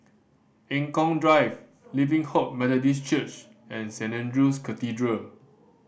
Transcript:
Eng Kong Drive Living Hope Methodist Church and Saint Andrew's Cathedral